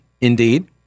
Indeed